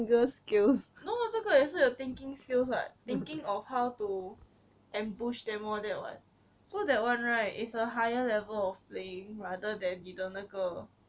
no 这个也是有 thinking skills what thinking of how to ambush them all that [what] so that one right is a higher level of playing rather than 你的那个